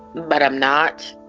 but i'm not.